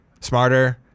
smarter